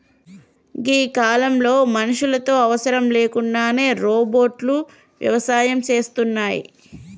గీ కాలంలో మనుషులతో అవసరం లేకుండానే రోబోట్లు వ్యవసాయం సేస్తున్నాయి